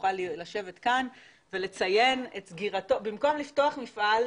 נוכל לשבת כאן ובמקום לפתוח מפעל,